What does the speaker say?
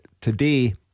today